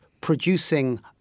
producing